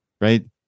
right